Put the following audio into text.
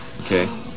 Okay